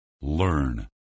learn